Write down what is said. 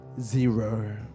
Zero